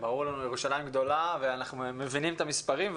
ברור לנו שירושלים גדולה ואנחנו מבינים את המספרים,